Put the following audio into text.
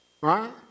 Right